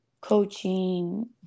coaching